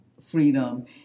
freedom